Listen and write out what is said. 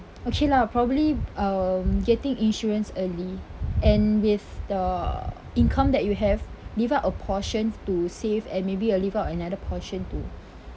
okay lah probably um getting insurance early and with the income that you have leave out a portion to save and maybe uh leave out another portion to